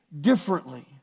differently